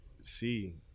see